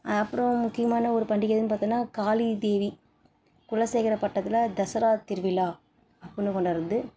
அப்றம் முக்கியமான ஒரு பண்டிகை எதுன்னு பாத்தோம்னா காளிதேவி குலசேகர பட்டணத்துல தசரா திருவிழா அப்பிடின்னு கொண்டாடுறது